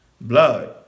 blood